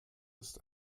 ist